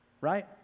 right